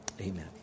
amen